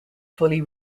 fully